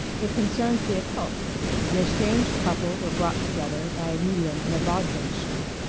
it concerned the occult an estranged couple were brought together by a medium in a vaudeville show.